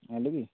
ଜାଣିଲୁ କି